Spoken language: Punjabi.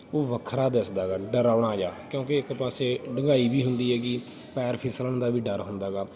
ਉਹ ਵੱਖਰਾ ਦਿਸਦਾ ਹੈਗਾ ਡਰਾਉਣਾ ਜਿਹਾ ਕਿਉਂਕਿ ਇੱਕ ਪਾਸੇ ਡੂੰਘਾਈ ਵੀ ਹੁੰਦੀ ਹੈਗੀ ਪੈਰ ਫਿਸਲਣ ਦਾ ਵੀ ਡਰ ਹੁੰਦਾ ਹੈਗਾ